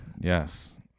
Yes